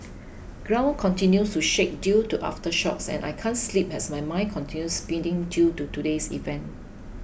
ground continues to shake due to aftershocks and I can't sleep as my mind continue spinning due to today's events